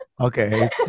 Okay